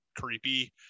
creepy